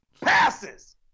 passes